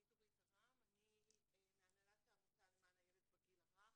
אני מהנהלת העמותה למען הילד בגיל הרך.